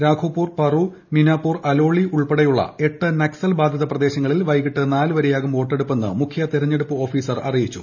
രാഘോപുർ പറു മിനാപൂർ അലോളി ഉൾപ്പെടെയുള്ള എട്ട് നക്സൽ ബാധിത പ്രദേശങ്ങളിൽ വൈകുന്നേരം നാല് വരെയാകും വോട്ടെടുപ്പെന്ന് മുഖ്യ തെരഞ്ഞെടുപ്പ് ഓഫീസർ അറിയിച്ചു